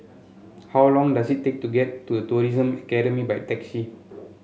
how long does it take to get to The Tourism Academy by taxi